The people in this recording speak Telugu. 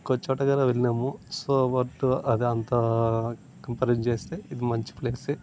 ఇంకో చోట కూడా వెళ్ళినాము సో బట్టు అదంతా కంపారిజన్ చేస్తే ఇది మంచి ప్లేసే